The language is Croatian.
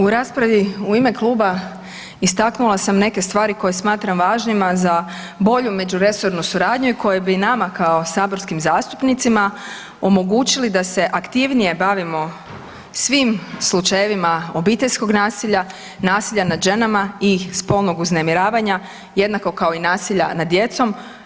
U raspravi u ime kluba istaknula sam neke stvari koje smatram važnima za bolju međuresornu suradnju koje bi nama kao saborskim zastupnicima omogućili da se aktivnije bavimo svim slučajevima obiteljskog nasilja, nasilja nad ženama i spolnog uznemiravanja jednako kao i nasilja nad djecom.